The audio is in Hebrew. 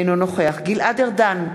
אינו נוכח גלעד ארדן,